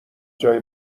جای